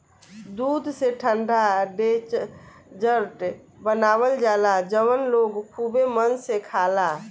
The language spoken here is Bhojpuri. दूध से ठंडा डेजर्ट बनावल जाला जवन लोग खुबे मन से खाला